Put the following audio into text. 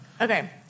Okay